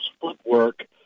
footwork